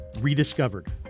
rediscovered